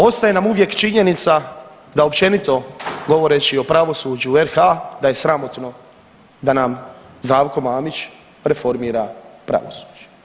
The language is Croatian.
Ostaje nam uvijek činjenica da općenito govoreći o pravosuđu u RH da je sramotno da nam Zdravko Mamić reformira pravosuđe.